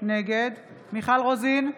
נגד מיכל רוזין,